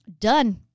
Done